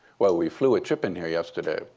well, we flew a trip in here yesterday.